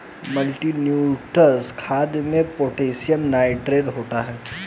multinutrient खाद में potassium nitrogen होता है